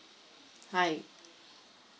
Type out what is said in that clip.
hi